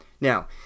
Now